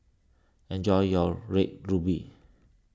enjoy your Red Ruby